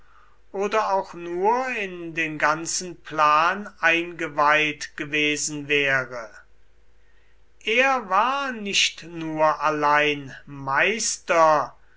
oder auch nur in den ganzen plan eingeweiht gewesen wäre er war nicht nur allein meister